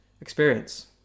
experience